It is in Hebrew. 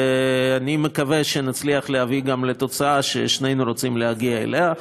ואני מקווה שנצליח להביא גם לתוצאה ששנינו רוצים להגיע אליה.